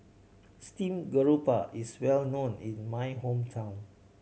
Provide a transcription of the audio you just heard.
steamed grouper is well known in my hometown